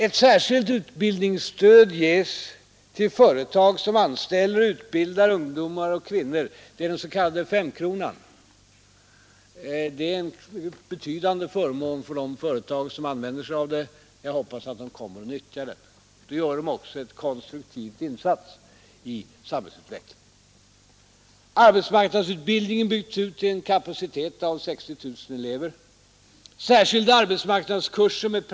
Ett särskilt utbildningsstöd ges till företag som anställer och utbildar ungdomar och kvinnor; det är den s.k. S-kronan. Det är en betydande förmån för de företag som använder sig av den. Jag hoppas att man kommer att utnyttja den förmånen. Då gör man också en konstruktiv insats i samhällsutvecklingen.